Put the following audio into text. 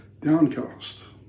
downcast